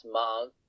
month